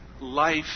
life